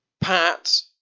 Pat